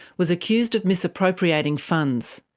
was accused of misappropriating funds.